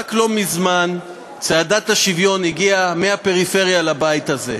שרק לא מזמן צעדת השוויון הגיעה מהפריפריה לבית הזה.